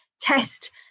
test